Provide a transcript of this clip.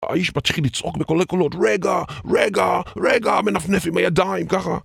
האיש מתחיל לצעוק בקולי קולות, רגע, רגע, רגע, מנפנף עם הידיים, ככה.